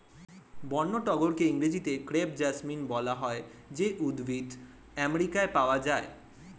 বন্য টগরকে ইংরেজিতে ক্রেপ জেসমিন বলা হয় যে উদ্ভিদ আমেরিকায় পাওয়া যায়